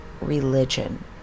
Religion